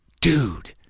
Dude